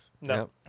No